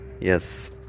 Yes